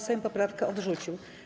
Sejm poprawkę odrzucił.